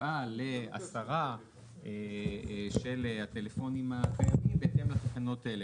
תפעל להסרה של הטלפונים הקיימים בהתאם לתקנות האלה.